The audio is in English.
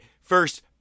first